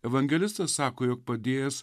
evangelistas sako jog padės